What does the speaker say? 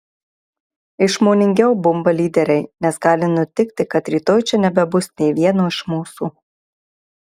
išmoningiau bumba lyderiai nes gali nutikti kad rytoj čia nebebus nė vieno iš mūsų